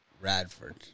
Radford